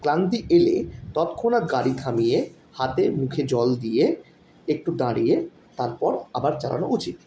ক্লান্তি এলে ততক্ষণাৎ গাড়ি থামিয়ে হাতে মুখে জল দিয়ে একটু দাঁড়িয়ে তারপর আবার চালানো উচিৎ